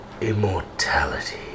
Immortality